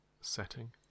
setting